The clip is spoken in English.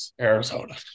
Arizona